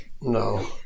no